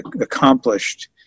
accomplished